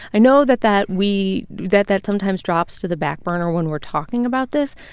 i know that that we that that sometimes drops to the back burner when we're talking about this,